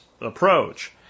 approach